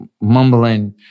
mumbling